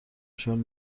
چون